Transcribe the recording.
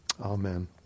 Amen